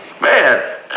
Man